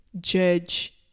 judge